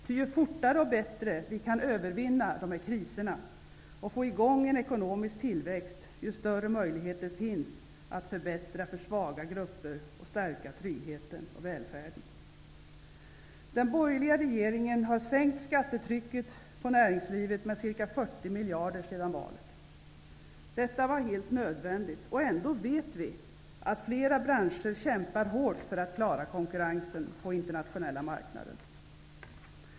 Ty ju fortare och bättre vi kan övervinna dessa kriser och få i gång en ekonomisk tillväxt, desto större blir möjligheterna att förbättra för svaga grupper och att stärka tryggheten och välfärden. Den borgerliga regeringen har sänkt skattetrycket på näringslivet med ca 40 miljarder sedan valet. Detta var helt nödvändigt. Ändå vet vi att flera branscher kämpar hårt för att klara konkurrensen på den internationella marknaden.